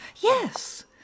Yes